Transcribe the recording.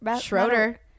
Schroeder